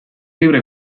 libre